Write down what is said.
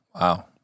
wow